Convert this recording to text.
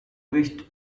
wished